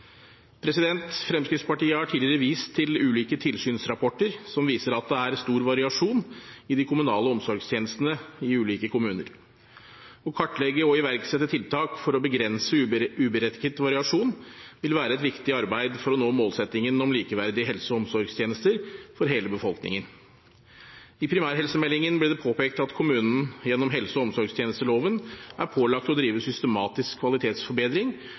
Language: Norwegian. prioriteres. Fremskrittspartiet har tidligere vist til ulike tilsynsrapporter som viser at det er stor variasjon i de kommunale omsorgstjenestene i ulike kommuner. Å kartlegge og iverksette tiltak for å begrense uberettiget variasjon vil være et viktig arbeid for å nå målsettingen om likeverdige helse- og omsorgstjenester for hele befolkningen. I primærhelsemeldingen ble det påpekt at kommunen gjennom helse- og omsorgstjenesteloven er pålagt å drive systematisk kvalitetsforbedring